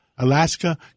Alaska